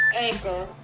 anchor